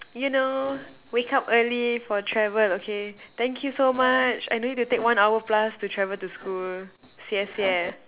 you know wake up early for travel okay thank you so much I no need to take one hour plus to travel to school 谢谢：xie xie